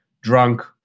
drunk